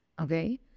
okay